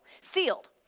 Sealed